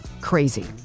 crazy